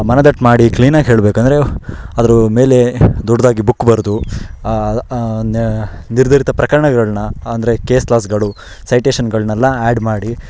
ಮನದಟ್ಟು ಮಾಡಿ ಕ್ಲೀನಾಗಿ ಹೇಳಬೇಕಂದ್ರೆ ಅದ್ರ ಮೇಲೆ ದೊಡ್ಡದಾಗಿ ಬುಕ್ ಬರೆದು ನಿರ್ಧರಿತ ಪ್ರಕರಣಗಳನ್ನ ಅಂದರೆ ಕೇಸ್ ಲಾಸ್ಗಳು ಸೈಟೇಶನ್ಗಳ್ನೆಲ್ಲ ಆ್ಯಡ್ ಮಾಡಿ